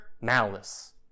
malice